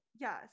yes